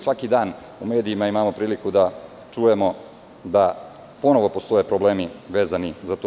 Svaki dan u medijima imamo priliku da čujemo da ponovo postoje problemi vezani za to.